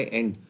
end